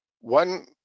One